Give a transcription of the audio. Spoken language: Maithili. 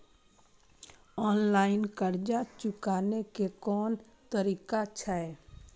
ऑनलाईन कर्ज चुकाने के कोन तरीका छै?